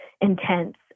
intense